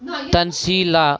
تنزیٖلہ